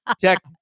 tech